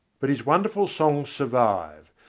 but his wonderful songs survive,